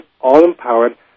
all-empowered